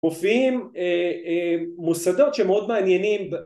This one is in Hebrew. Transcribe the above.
מופיעים מוסדות שמאוד מעניינים